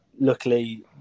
luckily